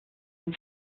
man